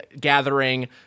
gathering